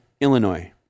Illinois